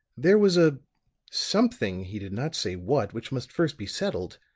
there was a something he did not say what which must first be settled.